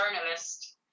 journalist